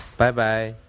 bye bye!